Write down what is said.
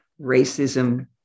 racism